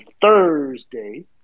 Thursday